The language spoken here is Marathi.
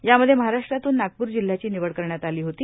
यामध्ये महाराष्ट्रातून नागपूर जिल्ह्याची विवड करण्यात आली होती